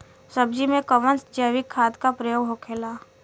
सब्जी में कवन जैविक खाद का प्रयोग होखेला?